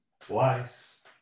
twice